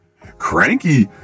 Cranky